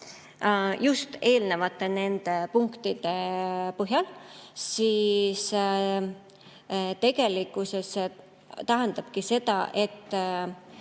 just eelnevate punktide põhjal, siis tegelikkuses see tähendabki seda, et